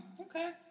okay